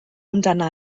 amdana